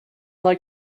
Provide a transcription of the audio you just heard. like